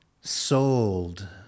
sold